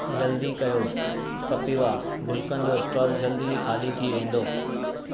जल्दी कयो कपिवा गुलकंद जो स्टॉक जल्द ई खाली थी वेंदो